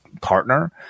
partner